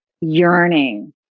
yearning